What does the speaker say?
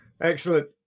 excellent